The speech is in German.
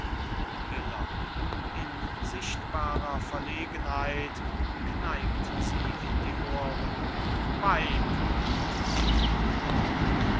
sekertare miller in sichtbarer verlegenheit kneipt sie in die ohren weib frau